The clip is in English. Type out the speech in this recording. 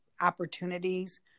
opportunities